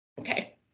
Okay